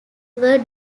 were